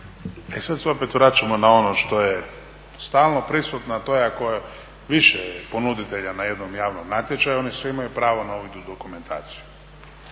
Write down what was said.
E sad se opet vraćamo na ono što je stalno prisutno, a to je ako je više ponuditelja na jednom javnom natječaju, oni svi imaju pravo na uvid u dokumentaciju,